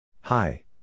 Hi